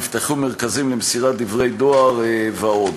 נפתחו מרכזים למסירת דברי דואר ועוד.